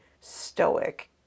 stoic